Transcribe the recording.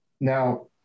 Now